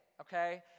Okay